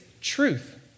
truth